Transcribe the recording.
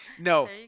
No